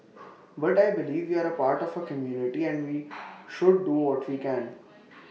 but I believe we are A part of A community and we should do what we can